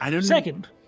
Second